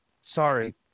sorry